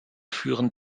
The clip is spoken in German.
führend